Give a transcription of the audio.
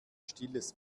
stilles